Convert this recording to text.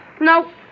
nope